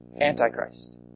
antichrist